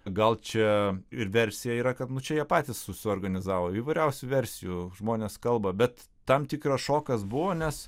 gal čia ir versija yra kad nu čia jie patys susiorganizavo įvairiausių versijų žmonės kalba bet tam tikras šokas buvo nes